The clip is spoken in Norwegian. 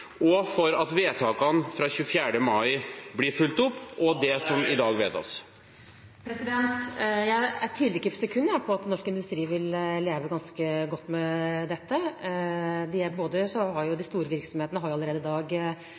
og for at vedtakene fra 24. mai blir fulgt opp? Jeg tviler ikke et sekund på at Norsk Industri vil leve ganske godt med dette. De store virksomhetene har allerede i dag